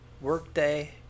Workday